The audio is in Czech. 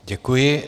Děkuji.